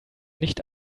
nicht